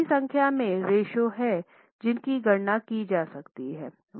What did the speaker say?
बड़ी संख्या में रेश्यो हैं जिनकी गणना की जा सकती है